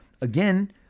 again